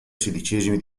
sedicesimi